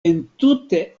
entute